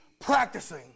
practicing